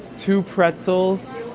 two pretzels,